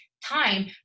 time